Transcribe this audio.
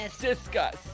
discuss